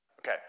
Okay